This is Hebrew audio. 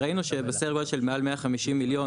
וראינו שזה בסדר גודל של מעל 150 מיליון